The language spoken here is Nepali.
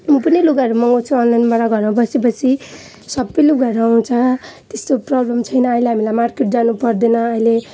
म पनि लुगाहरू मगाउँछु अनलाइनबाट घरमा बसी बसी सबै लुगाहरू आउँछ त्यस्तो प्रब्लम छैन अहिले हामीलाई मार्केट जानुपर्दैन अहिले